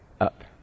up